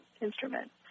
instrument